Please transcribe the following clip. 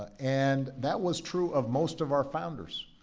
ah and that was true of most of our founders